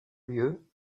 lieu